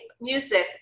music